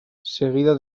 seguido